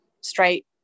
straight